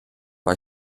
bei